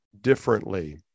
differently